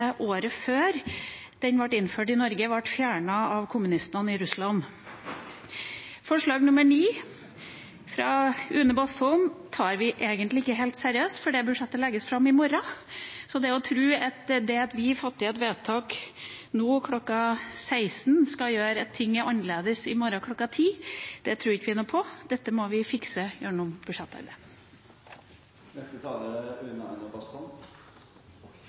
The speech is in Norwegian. året før den ble innført i Norge, ble den fjernet av kommunistene i Russland. Forslag nr. 9, fra Une Aina Bastholm, tar vi egentlig ikke helt seriøst, for det budsjettet legges fram i morgen. Så å tro at det at vi fatter et vedtak nå kl. 16, skal gjøre at ting er annerledes i morgen kl. 10, tror vi ikke noe på. Dette må vi fikse gjennom budsjettarbeidet.